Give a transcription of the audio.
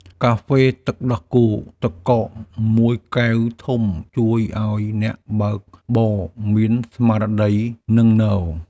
កាហ្វេទឹកដោះគោទឹកកកមួយកែវធំជួយឱ្យអ្នកបើកបរមានស្មារតីនឹងនរ។